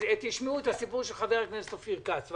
תשמעו את הסיפור של חבר הכנסת אופיר כץ.